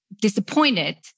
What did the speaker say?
disappointed